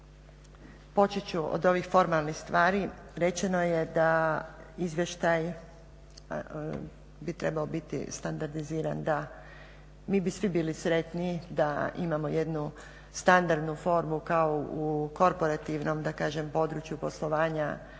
Počet ću od ovih formalnih stvari, rečeno je da izvještaj bi trebao biti standardiziran da mi bi svi bili sretni, da imamo jednu standardnu formu kao u korporativnom, da kažem području poslovanja